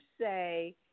say